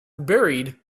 buried